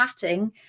chatting